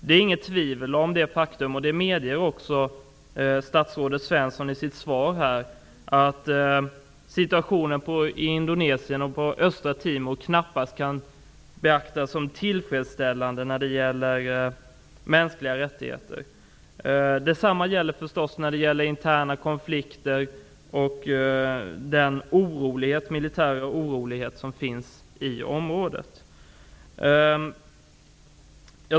Det är inget tvivel om faktum -- och det medger också statsrådet Svensson i sitt svar -- att situationen i Indonesien och på Östra Timor knappast kan betraktas som tillfredsställande när det gäller mänskliga rättigheter. Detsamma gäller förstås också i fråga om interna konflikter och den militära oro som finns i området.